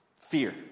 Fear